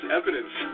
evidence